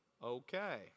Okay